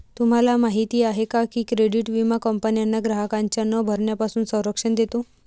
तुम्हाला माहिती आहे का की क्रेडिट विमा कंपन्यांना ग्राहकांच्या न भरण्यापासून संरक्षण देतो